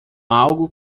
algo